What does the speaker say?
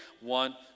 One